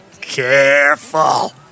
Careful